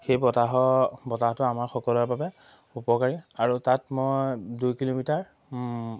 সেই বতাহৰ বতাহটো আমাৰ সকলোৰে বাবে উপকাৰী আৰু তাত মই দুই কিলোমিটাৰ